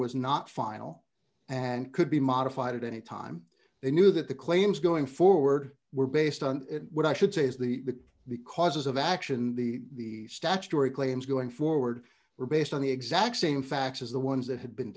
was not final and could be modified at any time they knew that the claims going forward were based on what i should say is the because of action the statutory claims going forward were based on the exact same facts as the ones that had been